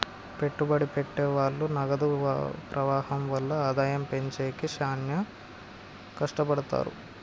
పెట్టుబడి పెట్టె వాళ్ళు నగదు ప్రవాహం వల్ల ఆదాయం పెంచేకి శ్యానా కట్టపడతారు